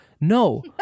No